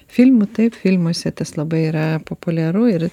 filmų taip filmuose tas labai yra populiaru ir